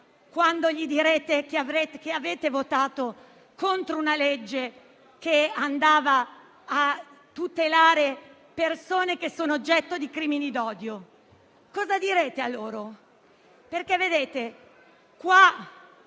quando gli direte che avete votato contro una legge che andava a tutelare le persone che sono oggetto di crimini d'odio. Cosa direte a loro? Il mondo